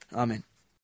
amen